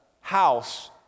house